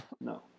No